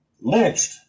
Lynched